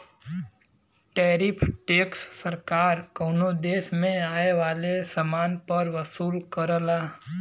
tariff tax सरकार कउनो देश में आये वाले समान पर वसूल करला